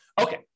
Okay